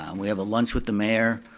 um we have a lunch with the mayor,